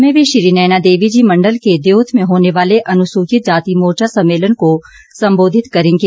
में वे श्री नयना देवी जी मंडल के दयोथ में होने वाले अनुसूचित जाति मोर्चा सम्मेलन को संबोधित करेंगे